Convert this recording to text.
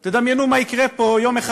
תדמיינו מה יקרה פה יום אחד,